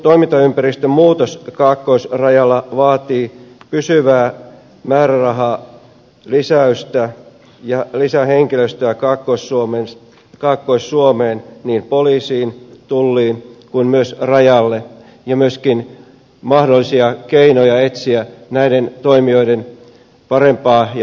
toimintaympäristön muutos kaakkoisrajalla vaatii pysyvää määrärahalisäystä ja lisää henkilöstöä kaakkois suomeen niin poliisiin tulliin kuin myös rajalle ja myöskin mahdollisia keinoja etsiä näiden toimijoiden parempaa ja lisääntyvää yhteistyötä